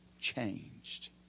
changed